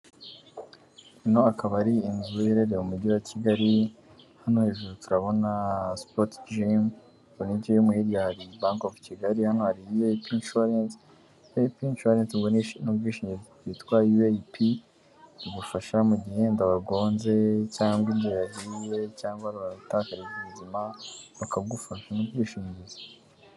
Ino akaba ari inzu iherereye mu mujyi wa Kigali. Hano hejuru turabona sport gim ubwo ni gim, hirya hari bank of Kigali. Hano hari UAP insurance, UAP insurance ubo n'ubwishingizi bwitway uap bugufasha mu gihe wenda wagonze cyangwa inzu yahiye cyangwa wahatakarije ubuzima bakagufasha. Ni ubwishingizi.